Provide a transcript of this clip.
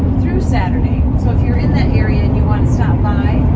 through saturday. so if you're in that area and you want to stop by,